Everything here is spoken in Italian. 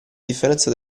differenza